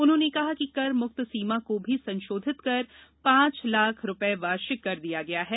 उन्होंने कहा कि कर मुक्त सीमा को भी संशोधित कर पांच लाख रुपये वार्षिक कर दिया गया है